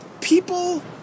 people